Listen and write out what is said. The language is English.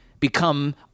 Become